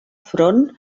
front